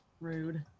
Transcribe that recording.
Rude